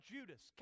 Judas